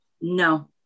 No